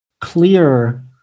clear